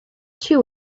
two